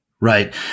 right